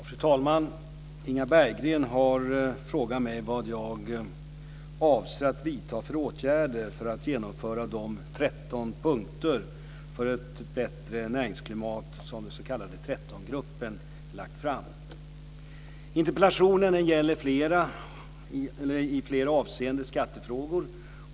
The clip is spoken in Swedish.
Fru talman! Inga Berggren har frågat mig vad jag avser att vidta för åtgärder för att genomföra de tretton punkter för ett bättre näringsklimat som den s.k. Interpellationen gäller i flera avseenden skattefrågor.